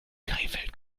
krefeld